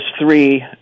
three